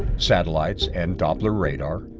satellites and doppler radar,